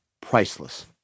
priceless